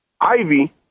Ivy